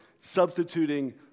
Substituting